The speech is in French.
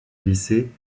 lycée